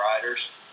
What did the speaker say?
riders